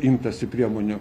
imtasi priemonių